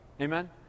Amen